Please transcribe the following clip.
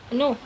no